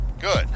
Good